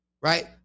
Right